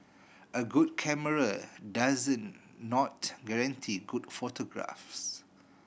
a good camera doesn't not guarantee good photographs